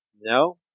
No